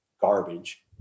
garbage